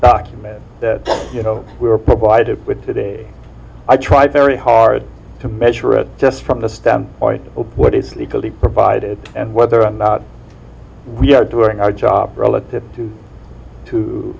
document that you know we were provided with today i try very hard to measure it just from the standpoint of what it's legally provided and whether or not we are doing our job relative to